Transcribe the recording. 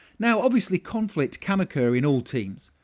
now, obviously, conflict can occur in all teams,